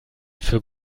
für